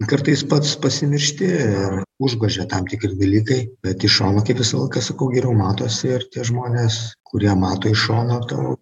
kartais pats pasimiršti ir užgožia tam tikri dalykai bet iš šono kaip visą laiką sakau geriau matosi ir tie žmonės kurie mato iš šono tau